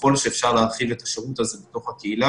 ככל שאפשר להרחיב את השירות הזה בתוך הקהילה,